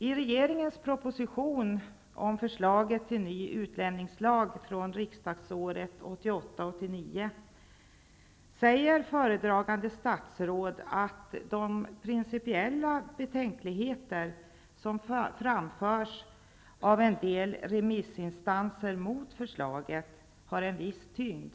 I regeringens proposition om förslag till ny utlänningslag från riksmötet 1988/89, säger föredragande statsråd att de principiella betänkligheter som framfördes mot förslaget av en del remissinstanser har en viss tyngd.